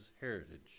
heritage